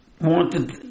wanted